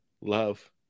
love